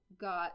got